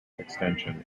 extension